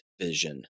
vision